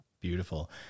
Beautiful